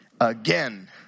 again